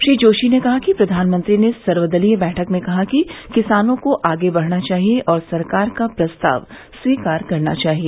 श्री जोशी ने कहा कि प्रधानमंत्री ने सर्वदलीय बैठक में कहा कि किसानों को आगे बढना चाहिए और सरकार का प्रस्ताव स्वीकार करना चाहिए